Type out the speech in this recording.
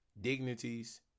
dignities